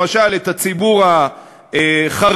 למשל את הציבור החרדי,